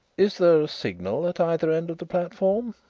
is there a signal at either end of the platform?